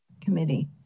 Committee